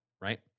right